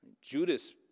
Judas